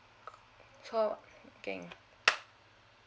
four